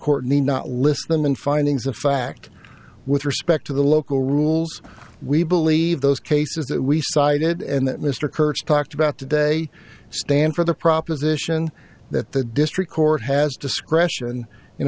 cortney not listening in findings of fact with respect to the local rules we believe those cases that we cited and that mr kurtz talked about today stand for the proposition that the district court has discretion in